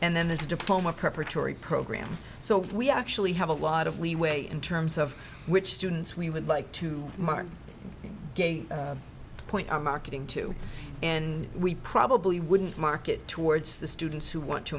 and then this diploma preparatory program so we actually have a lot of leeway in terms of which students we would like to mark a point on marketing to and we probably wouldn't mind it towards the students who want to